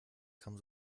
kam